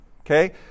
okay